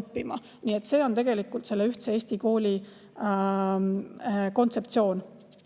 õppima. See on tegelikult ühtse Eesti kooli kontseptsioon.